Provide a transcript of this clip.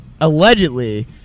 allegedly